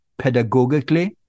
pedagogically